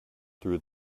through